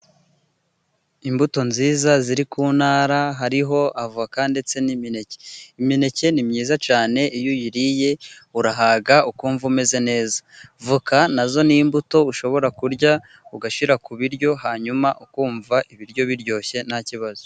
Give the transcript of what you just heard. Imbuto nziza ziri ku ntara hariho avoka ndetse n'imineke. Imineke ni myiza cyane iyo uyiriye urahaga ukumva umeze neza. Voka nazo ni imbuto ushobora kurya ugashyira ku biryo hanyuma ukumva ibiryo biryoshye nta kibazo.